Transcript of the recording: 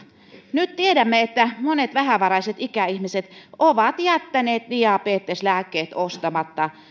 nyt tiedämme että monet vähävaraiset ikäihmiset ovat jättäneet diabeteslääkkeet ostamatta